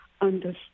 understand